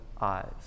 eyes